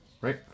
right